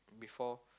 before